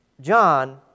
John